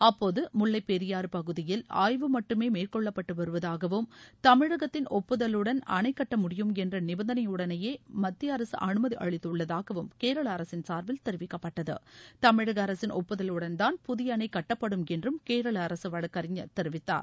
அப்போது முல்வைப் பெரியாறு பகுதியில் ஆய்வு மட்டுமே மேற்கொள்ளப்பட்டு வருவதாகவும் தமிழகத்தின் ஒப்புதலுடன் அணை கட்ட முடியும் என்ற நிபந்தனையுடனேயே மத்திய அரசு அனுமதி அளித்துள்ளதாகவும் கேரள அரசின் சார்பில் தெரிவிக்கப்பட்டகட தமிழக அரசின் ஒப்புதலுடன்தான் புதிய அணை கட்டப்படும் என்றும் கேரள அரசு வழக்கறிஞர் தெரிவித்தார்